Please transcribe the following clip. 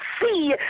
see